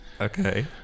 Okay